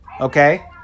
Okay